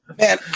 Man